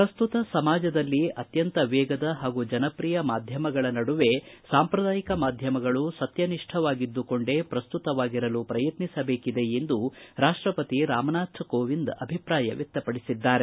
ಪ್ರಸ್ತುತ ಸಮಾಜದಲ್ಲಿ ಅತ್ಯಂತ ವೇಗದ ಹಾಗು ಜನಪ್ರಿಯ ಮಾಧ್ಯಮಗಳ ನಡುವೆ ಸಾಂಪ್ರದಾಯಿಕ ಮಾಧ್ಯಮಗಳು ಸತ್ಯನಿಷ್ಠವಾಗಿದ್ದುಕೊಂಡೇ ಪ್ರಸ್ತುತವಾಗಿರಲು ಪ್ರಯತ್ನಿಸಬೇಕಿದೆ ಎಂದು ರಾಷ್ಟಪತಿ ರಾಮನಾಥ್ ಕೋವಿಂದ್ ಅಭಿಪ್ರಾಯ ವ್ಯಕ್ತಪಡಿಸಿದ್ದಾರೆ